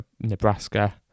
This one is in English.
Nebraska